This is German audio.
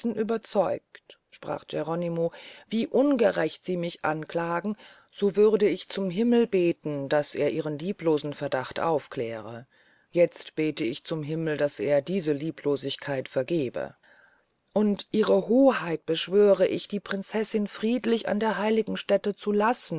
überzeugt sprach geronimo wie ungerecht sie mich anklagen so würd ich zum himmel beten daß er ihren lieblosen verdacht aufkläre jetzt bete ich zum himmel daß er diese lieblosigkeit vergebe und ihre hoheit beschwöre ich die prinzessin friedlich an der heiligen stäte zu lassen